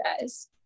guys